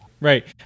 Right